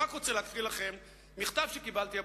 אני רוצה להקריא לכם מכתב שקיבלתי הבוקר.